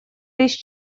лишь